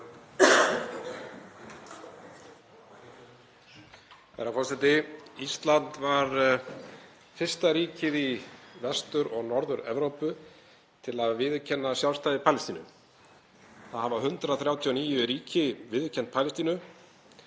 Herra forseti. Ísland var fyrsta ríkið í Vestur- og Norður-Evrópu til að viðurkenna sjálfstæði Palestínu. Það hafa 139 ríki viðurkennt Palestínu.